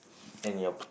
and your